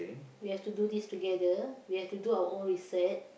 we have to do this together we have to do our own research